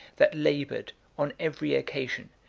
that labored, on every occasion,